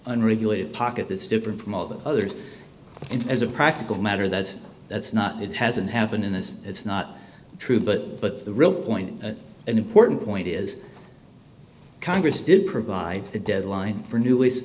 unregulated pocket this different from all the others and as a practical matter that's that's not it hasn't happened in this it's not true but but the real point and important point is congress did provide a deadline for new